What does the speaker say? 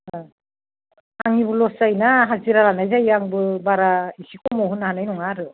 औ आंनिबो लस जायोना हाजिरा लानाय जायो आंबो बारा एसे खमाव होनो हानाय नङा आरो